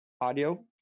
audio